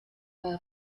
bei